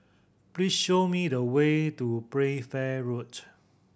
please show me the way to Playfair Road